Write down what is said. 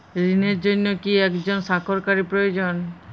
ঋণের জন্য কি একজন স্বাক্ষরকারী প্রয়োজন?